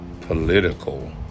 political